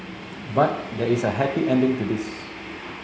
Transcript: but there is a happy ending to this